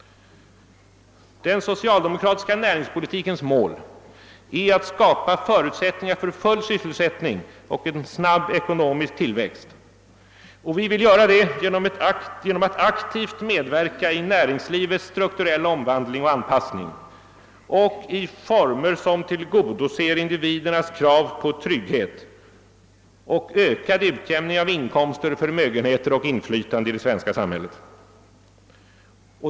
Den socialdemokratiska näringspolitikens mål är att skapa förutsättningar för full sysselsättning och en snabb ekonomisk tillväxt. Vi vill göra detta genom att aktivt medverka i näringslivets strukturella omvandling och anpassning och i former som tillgodoser individernas krav på trygghet och ökad utjämning av inkomster, förmögenheter och inflytande i det svenska samhället.